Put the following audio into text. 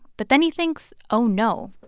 but then he thinks, oh, no,